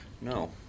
No